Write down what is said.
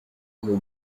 mon